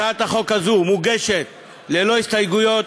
הצעת החוק הזאת מוגשת ללא הסתייגויות,